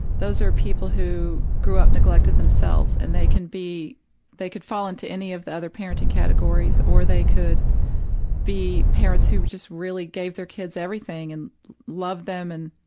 those are people who grew up neglected themselves and they can be they could fall into any of the other parenting categories or they could be parents who just really gave their kids everything and loved them and,